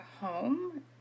home